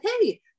hey